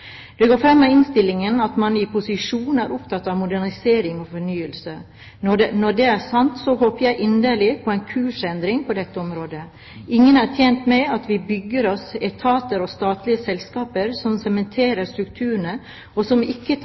Det går fram av innstillingen at man i posisjon er opptatt av modernisering og fornyelse. Når det er sagt, så håper jeg inderlig på en kursendring på dette området. Ingen er tjent med at vi bygger oss etater og statlige selskaper som sementerer strukturene, og som ikke tar inn over seg at verden er